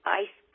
ice